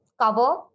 cover